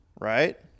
right